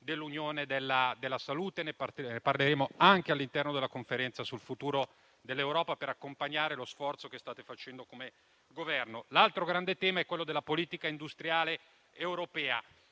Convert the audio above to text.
dell'Unione europea della salute; ne parleremo anche all'interno della Conferenza sul futuro dell'Europa per accompagnare lo sforzo che state facendo come Governo. L'altro grande tema è quello della politica industriale europea.